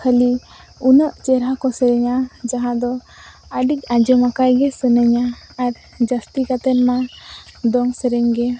ᱠᱷᱟᱹᱞᱤ ᱩᱱᱟᱹᱜ ᱪᱮᱦᱨᱟᱠᱚ ᱥᱮᱨᱮᱧᱟ ᱡᱟᱦᱟᱸᱫᱚ ᱟᱹᱰᱤ ᱟᱸᱡᱚᱢᱟᱠᱟᱫ ᱜᱮ ᱥᱟᱱᱟᱧᱟᱹ ᱡᱟᱹᱥᱛᱤ ᱠᱟᱛᱮᱱ ᱢᱟ ᱫᱚᱝ ᱥᱮᱨᱮᱧᱜᱮ